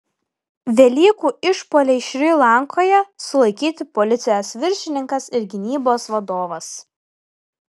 velykų išpuoliai šri lankoje sulaikyti policijos viršininkas ir gynybos vadovas